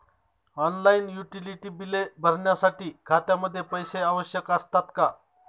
Online utility बिले भरण्यासाठी खात्यामध्ये पैसे आवश्यक असतात का?